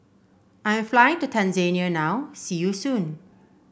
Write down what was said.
I am flying to Tanzania now see you soon